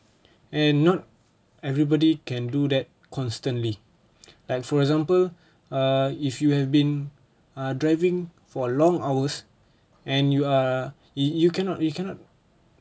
and not everybody can do that constantly like for example err if you have been driving for long hours and you are you cannot you cannot